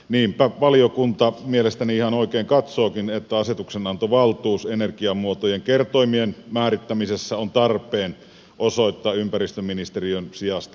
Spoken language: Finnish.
niinpä valiokunta mielestäni ihan oikein katsookin että asetuksenantovaltuus energiamuotojen kertoimien määrittämisessä on tarpeen osoittaa ympäristöministeriön sijasta valtioneuvostolle